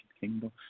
Kingdom